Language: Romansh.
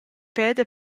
peda